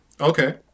Okay